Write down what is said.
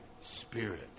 spirit